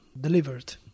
delivered